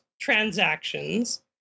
transactions